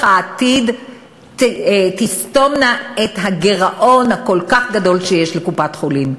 העתיד תסתומנה את הגירעון הכל-כך גדול שיש לקופות-החולים.